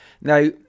Now